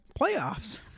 Playoffs